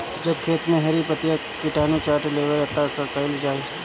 जब खेत मे हरी पतीया किटानु चाट लेवेला तऽ का कईल जाई?